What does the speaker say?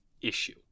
issue